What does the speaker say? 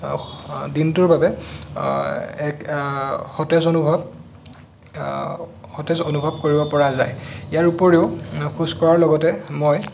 দিনটোৰ বাবে এক সতেজ অনুভৱ সতেজ অনুভৱ কৰিব পৰা যায় ইয়াৰ উপৰিও খোজ কঢ়াৰ লগতে মই